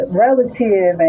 relative